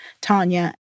Tanya